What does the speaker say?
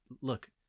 look